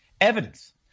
evidence